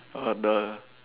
err the